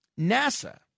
NASA